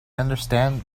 understand